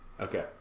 Okay